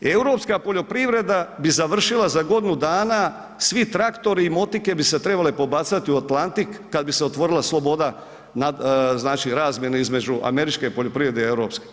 Europska poljoprivreda bi završila za godinu dana, svi traktori i motike bi se trebale pobacati u Atlantik kad bi se otvorila sloboda nad, razmjene između američke poljoprivrede i europske.